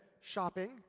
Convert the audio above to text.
shopping